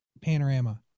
panorama